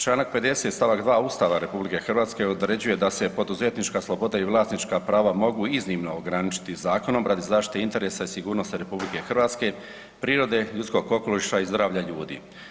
Čl. 50. st. 2 Ustava RH određuje da se poduzetnička sloboda i vlasnička prava mogu iznimno ograničiti zakonom radi zaštite interesa i sigurnosti RH, prirode, ljudskog okoliša i zdravlja ljudi.